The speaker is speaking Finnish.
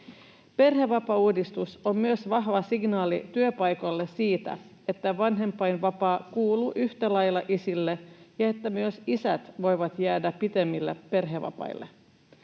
Perhevapaauudistus on myös vahva signaali työpaikoille siitä, että vanhempainvapaa kuuluu yhtä lailla isille ja että myös isät voivat jäädä pitemmille perhevapaille.